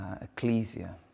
Ecclesia